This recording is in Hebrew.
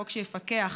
חוק שיפקח